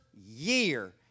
year